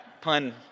Pun